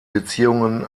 beziehungen